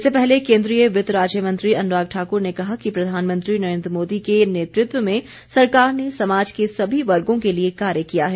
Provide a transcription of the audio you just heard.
इससे पहले केन्द्रीय वित्त राज्य मंत्री अनुराग ठाकुर ने कहा कि प्रधानमंत्री नरेन्द्र मोदी के नेतृत्व में सरकार ने समाज के सभी वर्गों के लिए कार्य किया है